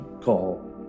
call